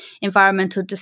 environmental